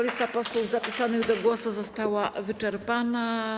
Lista posłów zapisanych do głosu została wyczerpana.